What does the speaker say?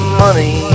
money